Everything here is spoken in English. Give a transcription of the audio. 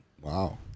wow